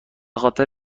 خاطر